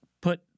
put